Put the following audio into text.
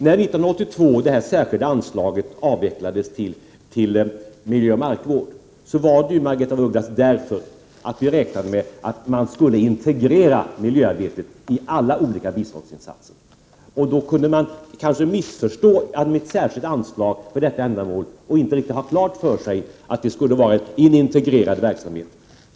När det särskilda anslaget till miljöoch markvård avvecklades 1982 var det, Margaretha af Ugglas, därför att vi räknade med att miljöarbetet skulle integreras i alla olika biståndsinsatser. Då kunde ett särskilt anslag för detta ändamål kanske missförstås, så att det inte stod riktigt klart att det skulle vara enintegrerad verksamhet.